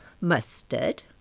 Mustard